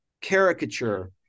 caricature